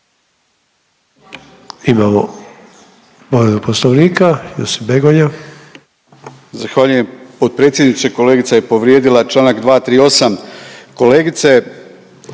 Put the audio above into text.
Imamo povredu Poslovnika, Josip Begonja.